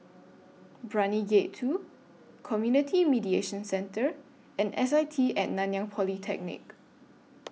Brani Gate two Community Mediation Centre and S I T At Nanyang Polytechnic